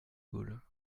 gaulle